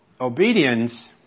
Obedience